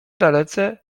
dalece